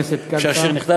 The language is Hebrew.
כשהשיר נכתב,